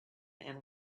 and